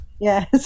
Yes